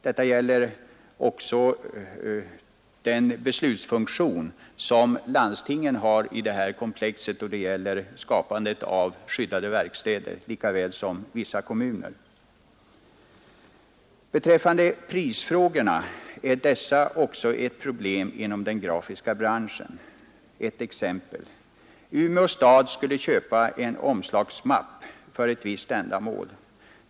Detta gäller också den beslutsfunktion som landstingen likaväl som vissa kommuner har då det gäller skapandet av nya skyddade verkstäder. Prisfrågorna är också ett problem inom den grafiska branschen. Ett exempel: Umeå stad skulle köpa en omslagsmapp för ett visst ändamål.